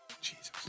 Jesus